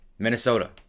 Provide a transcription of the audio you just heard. Minnesota